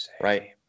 right